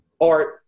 art